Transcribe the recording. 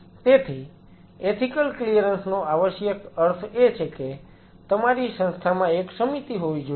તેથી ethical clearance નો આવશ્યક અર્થ એ છે કે તમારી સંસ્થામાં એક સમિતિ હોવી જોઈએ